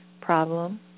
problem